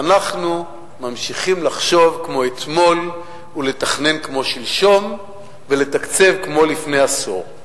ואנחנו ממשיכים לחשוב כמו אתמול ולתכנן כמו שלשום ולתקצב כמו לפני עשור,